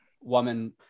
woman